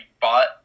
bought